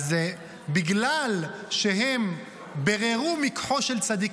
בגלל שהם ביררו מקחו של צדיק,